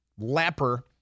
Lapper